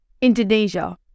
Indonesia